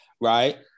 right